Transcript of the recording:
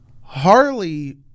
Harley